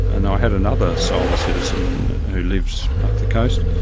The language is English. and i had another solar citizen who lives up the coast,